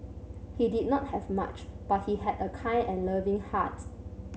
he did not have much but he had a kind and loving hearts